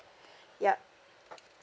ya